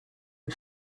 you